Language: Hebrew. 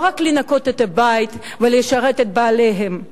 לא רק לנקות את הבית ולשרת את בעליהן,